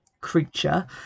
creature